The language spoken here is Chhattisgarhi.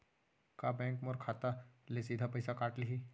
का बैंक मोर खाता ले सीधा पइसा काट लिही?